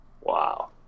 wow